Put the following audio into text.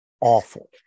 awful